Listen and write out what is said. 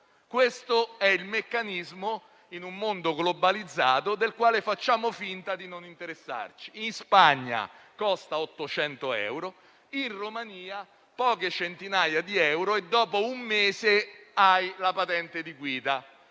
Questo è il meccanismo, in un mondo globalizzato, del quale facciamo finta di non interessarci. In Spagna, costa 800 euro, in Romania poche centinaia di euro e dopo un mese si ha la patente di guida.